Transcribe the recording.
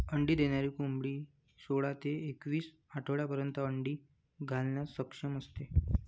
अंडी देणारी कोंबडी सोळा ते एकवीस आठवड्यांपर्यंत अंडी घालण्यास सक्षम असते